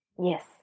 Yes